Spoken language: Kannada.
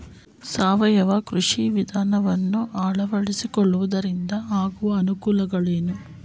ಸಾವಯವ ಕೃಷಿ ವಿಧಾನವನ್ನು ಅಳವಡಿಸಿಕೊಳ್ಳುವುದರಿಂದ ಆಗುವ ಅನುಕೂಲಗಳೇನು?